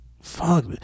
fuck